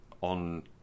on